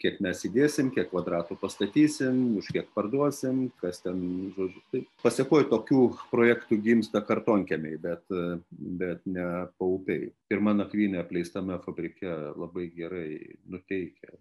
kiek nesidėsim kiek kvadratų pastatysim už kiek parduosime kas ten žodžiu tai pasėkoj tokių projektų gimsta kartonkiemiai bet bet ne paupiai pirma nakvynė apleistame fabrike labai gerai nuteikia